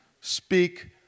speak